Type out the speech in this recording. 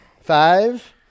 Five